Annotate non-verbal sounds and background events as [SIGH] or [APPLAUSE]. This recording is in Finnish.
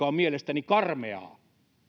[UNINTELLIGIBLE] on mielestäni karmeaa